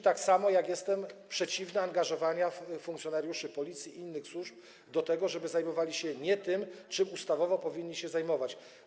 tak samo jak jestem przeciwny angażowaniu funkcjonariuszy Policji i innych służb do tego, żeby zajmowali się nie tym, czym ustawowo powinni się zajmować.